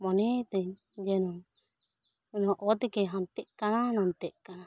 ᱢᱚᱱᱮ ᱤᱫᱟᱹᱧ ᱡᱮᱢᱚᱱ ᱚᱱᱟ ᱚᱛ ᱜᱮ ᱦᱟᱱᱛᱮᱜ ᱠᱟᱱᱟ ᱱᱚᱱᱛᱮᱜ ᱠᱟᱱᱟ